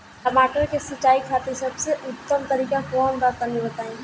टमाटर के सिंचाई खातिर सबसे उत्तम तरीका कौंन बा तनि बताई?